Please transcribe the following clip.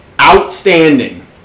outstanding